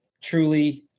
truly